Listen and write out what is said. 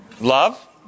Love